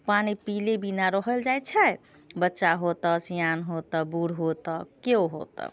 पानि पिले बिना रहल जाइ छै बच्चा हो तऽ सियान हो तऽ बुढ़ हो तऽ केओ हो तऽ